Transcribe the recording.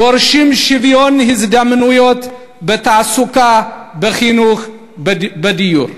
דורשים שוויון הזדמנויות בתעסוקה, בחינוך, בדיור.